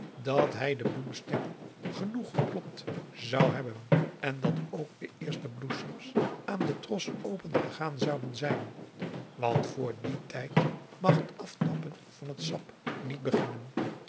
orpheus in de dessa geklopt zou hebben en dat ook de eerste bloesems aan den tros opengegaan zouden zijn want vor dien tijd mag het aftappen van het sap niet beginnen